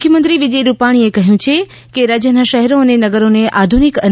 મુખ્યમંત્રી વિજય રૂપાણીએ કહ્યું છે કે રાજ્યના શહેરો અને નગરોને આધુનિક અને